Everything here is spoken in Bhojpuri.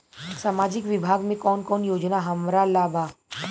सामाजिक विभाग मे कौन कौन योजना हमरा ला बा?